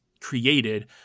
created